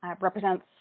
represents